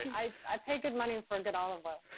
i paid good money for good olive oil.